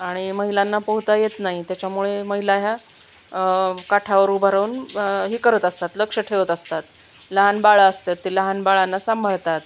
आणि महिलांना पोहता येत नाही त्याच्यामुळे महिला ह्या काठावर उभ रावून हे करत असतात लक्ष ठेवत असतात लहान बाळ असतात ते लहान बाळांना सांभाळतात